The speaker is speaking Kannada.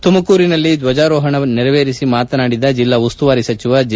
ತುಮಕೂರಿನಲ್ಲಿ ಧ್ವಜಾರೋಪಣ ನೆರವೇರಿಸಿ ಮಾತನಾಡಿದ ಜೆಲ್ಲಾ ಉಸ್ತುವಾರಿ ಸಚಿವ ಜೆ